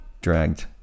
dragged